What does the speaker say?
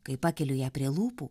kai pakeliu ją prie lūpų